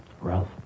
Ralph